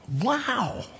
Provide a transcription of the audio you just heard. Wow